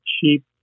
cheap